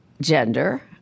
gender